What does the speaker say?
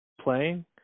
playing